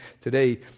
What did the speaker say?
today